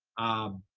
um,